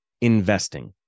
investing